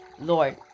Lord